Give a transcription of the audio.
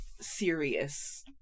serious